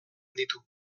ditu